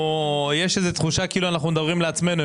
יש איזה תחושה כאילו אנחנו מדברים לעצמנו.